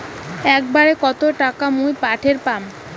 একবারে কত টাকা মুই পাঠের পাম?